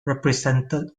represented